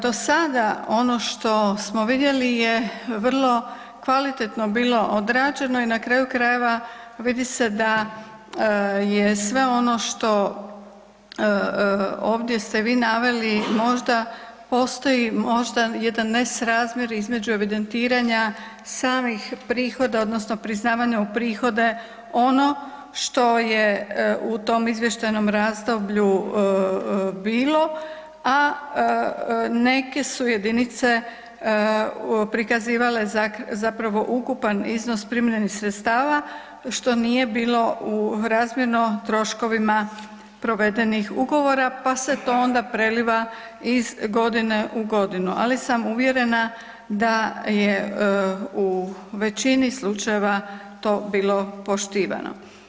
Dosada ono što smo vidjeli je vrlo kvalitetno bilo odrađeno i na kraju krajeva vidi se da je sve ono što, ovdje ste vi naveli možda postoji možda jedan nesrazmjer između evidentiranja samih prihoda odnosno priznavanja u prihode ono što je u tom izvještajnom razdoblju bilo, a neke su jedinice prikazivale zapravo ukupan iznos primljenih sredstava, što nije bilo u razmjerno troškovima provedenih ugovora, pa se to onda preliva iz godine u godinu, ali sam uvjerena da je u većini slučajeva to bilo poštivano.